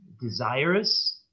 Desirous